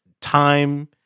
time